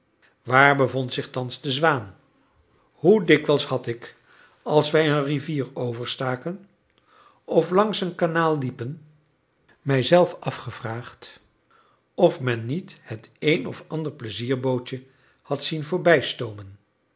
waar bevond zich thans de zwaan hoe dikwijls had ik als wij een rivier overstaken of langs een kanaal liepen mij zelf afgevraagd of men niet het een of ander pleizierbootje had zien